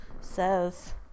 says